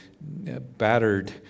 battered